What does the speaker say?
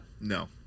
No